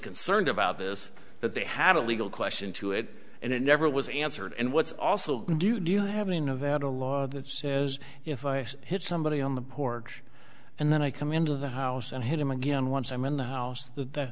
concerned about this but they had a legal question to it and it never was answered and what's also do you have any nevada law that says if i hit somebody on the porch and then i come into the house and hit him again once i'm in the house th